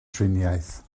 triniaeth